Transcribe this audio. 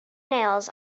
nails